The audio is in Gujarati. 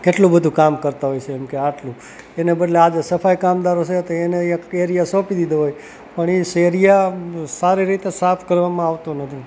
કેટલું બધું કામ કરતાં હોય છે એમકે આટલું એને બદલે આજે સફાઈ કામદારો છે તો એને એક એરિયા સોંપી દીધો હોય પણ એ શ એરીયા સારી રીતે સાફ કરવામાં આવતો નથી